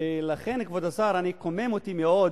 כבוד השר, קומם אותי מאוד